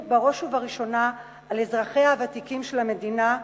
בראש ובראשונה על אזרחיה הוותיקים של המדינה,